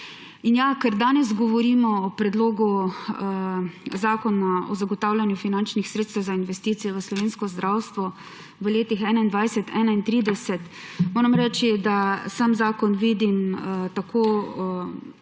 In er danes govorimo o Predlogu zakona o zagotavljanju finančnih sredstev za investicije v slovensko zdravstvo v letih 2021–2031, moram reči, da v samem zakonu vidim na